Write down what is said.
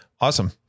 Awesome